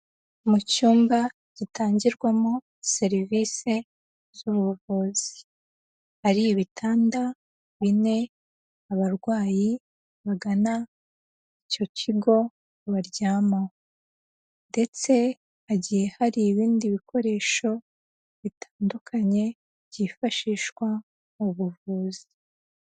Mu cyumba gitangirwamo serivise z'ubuvuzi, hari ibitanda bine abarwayi bagana icyo kigo baryamaho, ndetse hagiye hari ibindi bikoresho bitandukanye byifashishwa mu buvuzi.